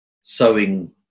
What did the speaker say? sowing